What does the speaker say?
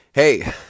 hey